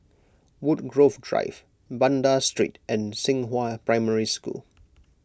Woodgrove Drive Banda Street and Xinghua Primary School